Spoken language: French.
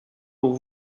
pour